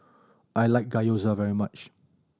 I like Gyoza very much